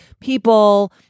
people